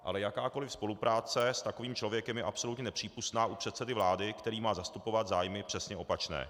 Ale jakákoliv spolupráce s takovým člověkem je absolutně nepřípustná u předsedy vlády, který má zastupovat zájmy přesně opačné.